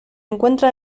encuentra